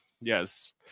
yes